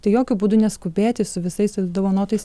tai jokiu būdu neskubėti su visais tais dovanotais